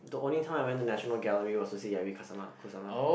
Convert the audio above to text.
the only time I went to National Gallery was to see Yayoi-Kusama Kusama